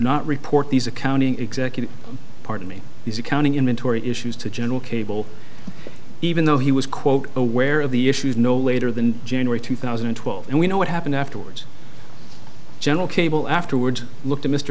not report these accounting executive pardon me these accounting inventory issues to general cable even though he was quote aware of the issues no later than january two thousand and twelve and we know what happened afterwards general cable afterward looked at mr